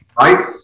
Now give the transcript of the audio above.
right